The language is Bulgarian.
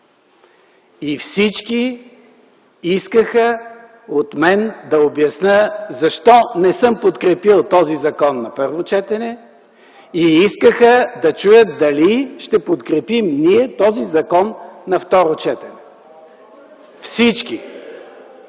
И всички искаха от мен да обясня защо не съм подкрепил този закон на първо четене и искаха да чуят дали ние ще подкрепим този закон на второ четене. Всички!